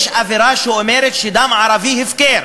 יש אווירה שאומרת שדם ערבי הוא הפקר,